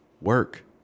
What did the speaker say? work